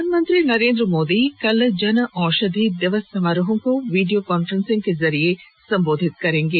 प्रधानमंत्री नरेन्द्र मोदी कल जन औषधि दिवस समारोहों को वीडियो कॉन्फ्रेंस से संबोधित करेंगे